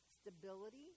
stability